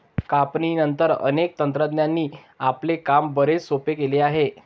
कापणीनंतर, अनेक तंत्रांनी आपले काम बरेच सोपे केले आहे